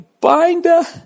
Binder